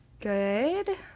good